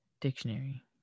Dictionary